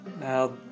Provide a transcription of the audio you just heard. Now